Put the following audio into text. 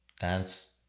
dance